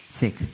sick